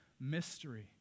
mystery